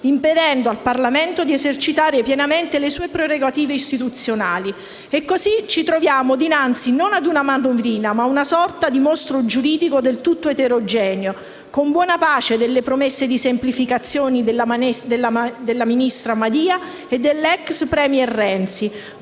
impedendo al Parlamento di esercitare pienamente le sue prerogative istituzionali. E così ci troviamo di fronte non ad una manovrina ma ad una sorta di mostro giuridico del tutto eterogeneo, con buona pace delle promesse di semplificazione della ministra Madia e dell'ex *premier* Renzi: